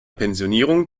pensionierung